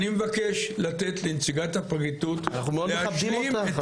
אני מבקש לתת לנציגת הפרקליטות להשלים את